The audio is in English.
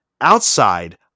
outside